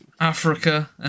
Africa